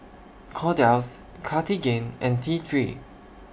Kordel's Cartigain and T three